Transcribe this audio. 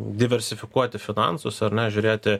diversifikuoti finansus ar ne žiūrėti